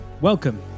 Welcome